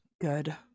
Good